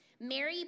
Mary